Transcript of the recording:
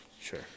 Sure